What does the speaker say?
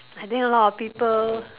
I think a lot of people